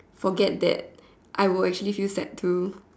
forget that I will actually feel sad too